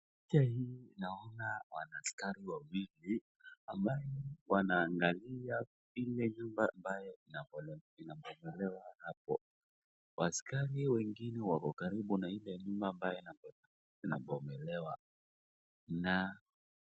Picha hii naona wanaaskari wawili ambao wanaangalia ile nyumba ambayo inabomolewa hapo, askari wengine wako karibu na ile nyumba ambayo inabomolewa na.